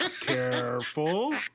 Careful